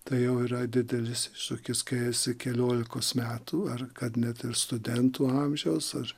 tai jau yra didelis iššūkis kai esi keliolikos metų ar kad net ir studentų amžiaus ar